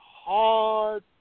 hard